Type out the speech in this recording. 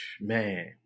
Man